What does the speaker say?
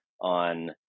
on